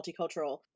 multicultural